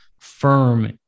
firm